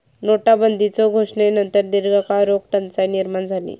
नोटाबंदीच्यो घोषणेनंतर दीर्घकाळ रोख टंचाई निर्माण झाली